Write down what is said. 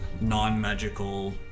non-magical